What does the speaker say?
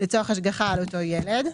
לצורך השגחה על אותו ילד,